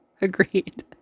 Agreed